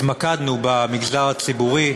התמקדנו במגזר הציבורי.